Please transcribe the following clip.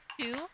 two